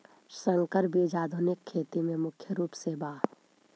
संकर बीज आधुनिक खेती में मुख्य रूप से बा